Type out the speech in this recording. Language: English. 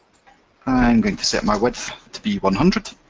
i'm going to set my width to be one hundred.